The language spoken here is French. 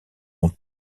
ont